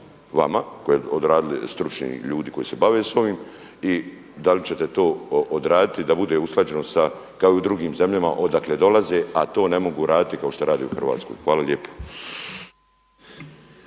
vama koji odradili stručni ljudi koji se bave sa ovim i da li ćete to odraditi da bude usklađeno sa kao i u drugim zemljama odakle dolaze, a to ne mogu raditi kao što rade u Hrvatskoj. Hvala lijepo.